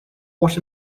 what